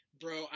Bro